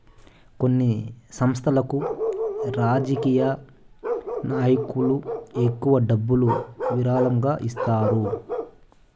కొన్ని సంస్థలకు రాజకీయ నాయకులు ఎక్కువ డబ్బులు విరాళంగా ఇస్తారు